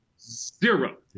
zero